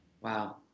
Wow